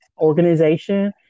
organization